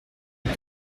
ils